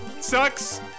sucks